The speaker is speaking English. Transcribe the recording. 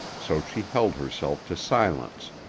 so she held herself to silence,